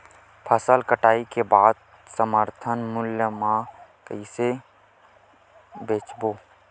फसल कटाई के बाद समर्थन मूल्य मा कइसे बेचबो?